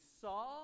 saw